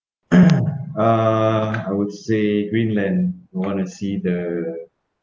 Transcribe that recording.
uh I would say greenland wanna see the